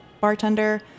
bartender